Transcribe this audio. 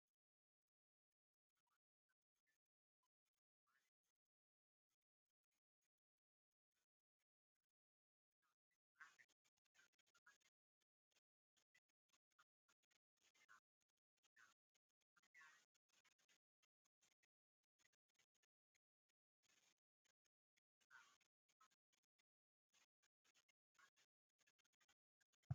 Leta y'u Rwanda yasabye abanyamadini bose kugira uruhare mu iterambere ry'igihugu bubaka amashuri, amavuriro n'ibindi. Bamwe barabikora, ariko na bo usanga bategeka abanyeshuri bose bahiga kwifatanya mu mihango y'idini ryabo n'iyo byaba binyuranye n'imyizerere basanganwe cyangwa nko kwiga ku cyumweru bakaruhuka ku isabato, kwambara bikwije, batwikiriye umutwe n'ibindi.